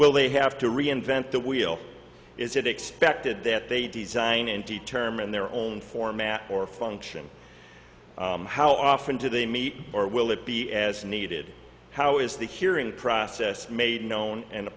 well they have to reinvent the wheel is it expected that they design and determine their own format or function how often do they meet or will it be as needed how is the hearing process made known and